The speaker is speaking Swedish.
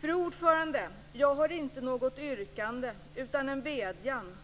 Fru talman! Jag har inget yrkande utan en vädjan.